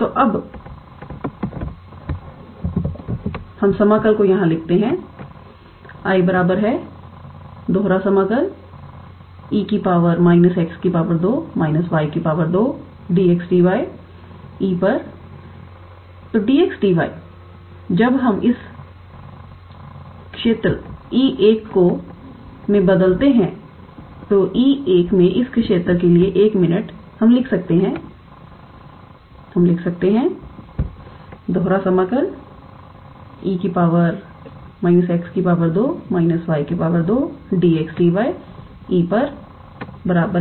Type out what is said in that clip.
तो अब हम इस समाकल को यहाँ लिखते हैं 𝐼 E 𝑒 −𝑥 2−𝑦 2𝑑𝑥𝑑𝑦 तो 𝑑𝑥𝑑𝑦 जब हम यह क्षेत्र 𝐸1 को मैं बदलते हैं हम 𝐸1 में इस क्षेत्र के लिए एक मिनट हम लिख सकते हैं हम लिख सकते हैं E 𝑒 −𝑥 2−𝑦 2 𝑑𝑥𝑑𝑦 𝐸1 𝑒 −𝑟 2𝑐𝑜𝑠2𝜃𝑟